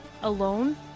alone